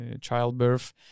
childbirth